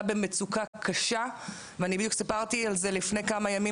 במצוקה קשה ואני בדיוק סיפרתי על זה לפני כמה ימים